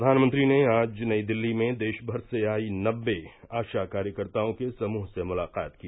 प्रधानमंत्री ने आज नई दिल्ली में देश भर से आई नब्बे आशा कार्यकर्ताओं के समूह से मुलाकात की